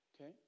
Okay